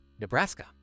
Nebraska